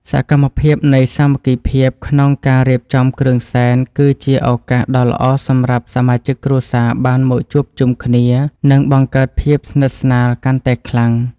សកម្មភាពនៃសាមគ្គីភាពក្នុងការរៀបចំគ្រឿងសែន គឺជាឱកាសដ៏ល្អសម្រាប់សមាជិកគ្រួសារបានមកជួបជុំគ្នា និងបង្កើតភាពស្និទ្ធស្នាលកាន់តែខ្លាំង។